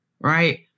right